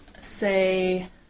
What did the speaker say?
say